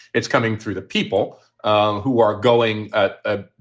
it's coming through the people um who are going ah ah